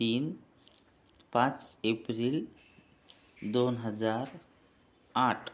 तीन पाच एप्रिल दोन हजार आठ